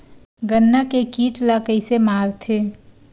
गन्ना के कीट ला कइसे मारथे?